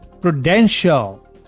Prudential